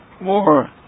more